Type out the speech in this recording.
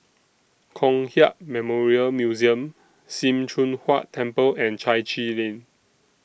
Kong Hiap Memorial Museum SIM Choon Huat Temple and Chai Chee Lane